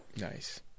Nice